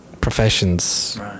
professions